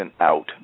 out